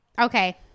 Okay